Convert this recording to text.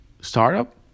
Startup